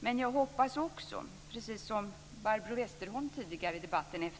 Men jag hoppas också, precis som Barbro Westerholm tidigare i debatten,